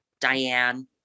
Diane